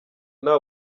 nta